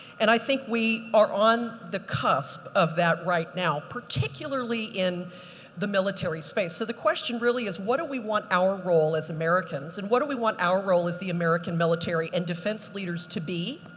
and i think we are on the cusp of that right now now, particularly in the military space. so the question really is, what do we want our role as americans and what do we want our role as the american military and defense leaders to be?